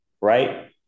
right